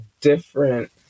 different